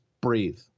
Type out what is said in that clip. breathe